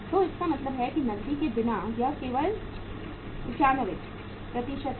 तो इसका मतलब है कि नकदी के बिना यह केवल 95 है